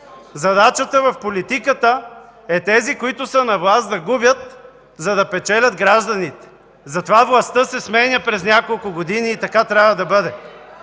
Задачата в политиката е тези, които са на власт, да губят, за да печелят гражданите. Затова властта се сменя през няколко години и така трябва да бъде.